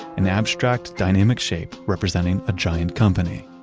an abstract dynamic shape representing a giant company.